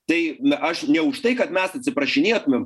tai na aš ne už tai kad mes atsiprašinėtumėm